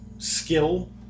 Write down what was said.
Skill